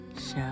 show